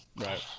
Right